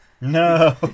No